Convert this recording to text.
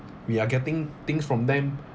we are getting things from them